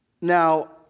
Now